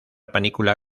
panícula